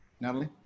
Natalie